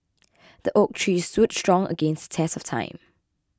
the oak tree stood strong against the test of time